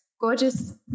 gorgeous